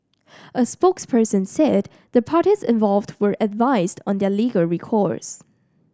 a spokesperson said the parties involved were advised on their legal recourse